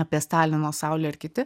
apie stalino saulę ir kiti